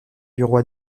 bureaux